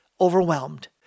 overwhelmed